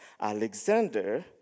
Alexander